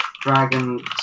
Dragon